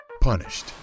punished